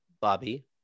bobby